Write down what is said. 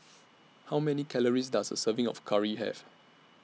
How Many Calories Does A Serving of Curry Have